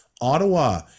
Ottawa